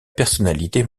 personnalité